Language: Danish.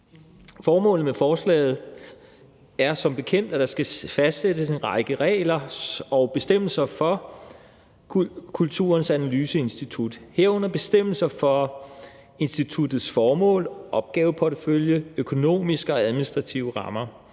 Formålet med forslaget er som bekendt, at der skal fastsættes en række regler og bestemmelser for Kulturens Analyseinstitut, herunder bestemmelser for instituttets formål, opgaveportefølje, økonomiske og administrative rammer,